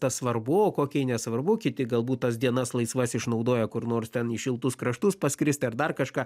tas svarbu o kokiai nesvarbu kiti galbūt tas dienas laisvas išnaudoja kur nors ten į šiltus kraštus paskristi ar dar kažką